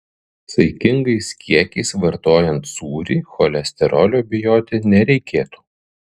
saikingais kiekiais vartojant sūrį cholesterolio bijoti nereikėtų